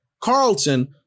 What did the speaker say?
Carlton